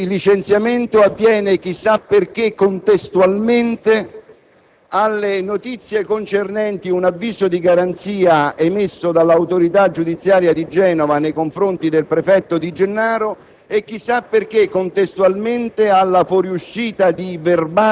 molto semplice. Il preannuncio di licenziamento avviene - chissà perché - contestualmente alle notizie concernenti un avviso di garanzia emesso dall'autorità giudiziaria di Genova nei confronti del prefetto De Gennaro